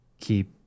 keep